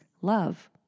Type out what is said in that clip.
love